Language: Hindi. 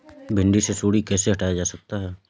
भिंडी से सुंडी कैसे हटाया जा सकता है?